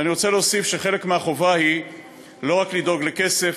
ואני רוצה להוסיף שחלק מהחובה היא לא רק לדאוג לכסף,